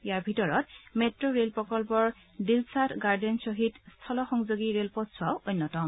ইয়াৰে ভিতৰত metro rail প্ৰকল্পৰ দিলছাদ গাৰ্ডেন খহীদ স্থল সংযোগী ৰে'লপথছোৱা অন্যতম